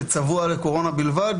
שצבוע לקורונה בלבד?